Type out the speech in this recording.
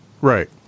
Right